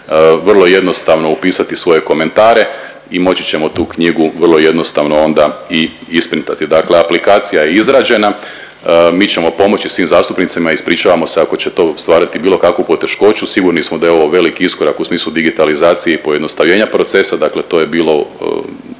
vrlo jednostavno upisati svoje komentare i moći ćemo tu knjigu vrlo jednostavno onda i isprintati. Dakle aplikacija je izrađena, mi ćemo pomoći svim zastupnicima, ispričavamo se ako će to stvarati bilo kakvu poteškoću, sigurni smo da je ovo veliki iskorak u smislu digitalizacije i pojednostavljenja procesa, dakle to je bilo